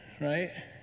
Right